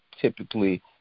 typically